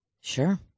Sure